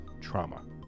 trauma